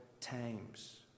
times